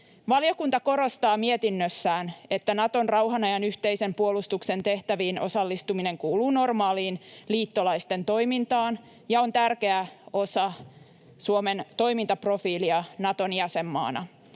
Valiokunta korostaa mietinnössään, että Naton rauhanajan yhteisen puolustuksen tehtäviin osallistuminen kuuluu normaaliin liittolaisten toimintaan ja on tärkeä osa Suomen toimintaprofiilia Naton jäsenmaana.